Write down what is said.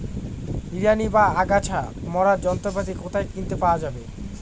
নিড়ানি বা আগাছা মারার যন্ত্রপাতি কোথায় কিনতে পাওয়া যাবে?